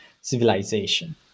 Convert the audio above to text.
civilization